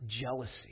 jealousy